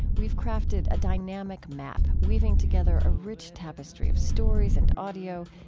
we've crafted a dynamic map, weaving together a rich tapestry of stories and audio,